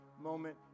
moment